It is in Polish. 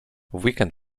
weekend